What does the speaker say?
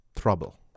trouble